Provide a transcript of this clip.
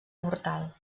mortal